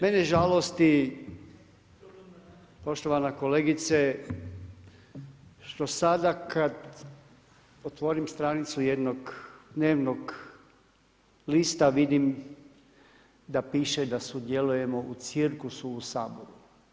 Mene žalosti, poštovana kolegice, što sada kad otvorim stranicu jednog dnevnog lista vidim da piše da sudjelujemo u cirkusu u Saboru.